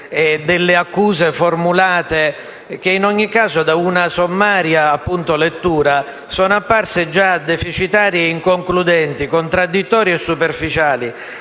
delle accuse formulate che, in ogni caso (da un sommario esame), sono apparse già deficitarie e inconcludenti, contraddittorie e superficiali,